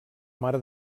mare